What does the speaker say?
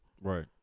Right